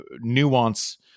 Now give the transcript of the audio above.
nuance